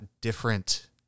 different